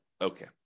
Okay